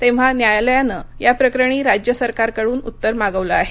तेव्हा न्यायालयानं या प्रकरणी राज्य सरकारकडून उत्तर मागवलं आहे